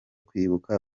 kwibuka